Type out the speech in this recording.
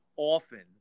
often